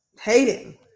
hating